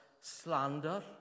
slander